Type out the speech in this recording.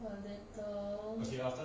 a little